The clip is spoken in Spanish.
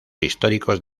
históricos